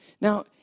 Now